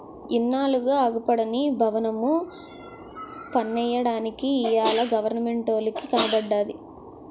ఇన్నాళ్లుగా అగుపడని బవనము పన్నెయ్యడానికి ఇయ్యాల గవరమెంటోలికి కనబడ్డాది